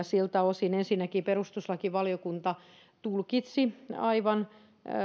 siltä osin ensinnäkin perustuslakivaliokunta tulkitsi aivan